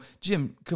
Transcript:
Jim